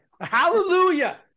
Hallelujah